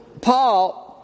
Paul